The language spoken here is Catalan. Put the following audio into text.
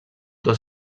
dos